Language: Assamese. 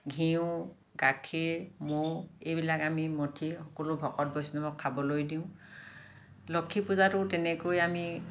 ঘিঁউ গাখীৰ মৌ এইবিলাক আমি মথি সকলো ভকত বৈষ্ণৱক খাবলৈ দিওঁ লক্ষ্মী পূজাতো তেনেকৈ আমি